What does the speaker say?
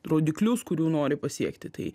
rodiklius kurių nori pasiekti tai